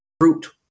fruit